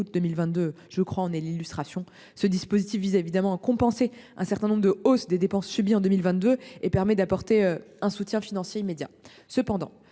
2022. Je crois en est l'illustration. Ce dispositif vise évidemment compenser un certain nombre de hausse des dépenses en 2022 et permet d'apporter un soutien financier immédiat cependant